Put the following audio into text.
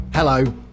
Hello